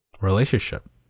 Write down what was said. relationship